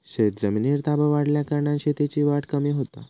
शेतजमिनीर ताबो वाढल्याकारणान शेतीची वाढ कमी होता